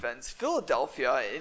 Philadelphia